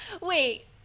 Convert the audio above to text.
Wait